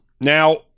Now